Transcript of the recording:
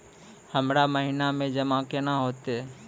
हमरा महिना मे जमा केना हेतै?